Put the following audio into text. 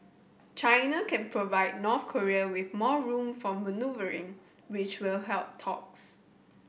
China can provide North Korea with more room for manoeuvring which will help talks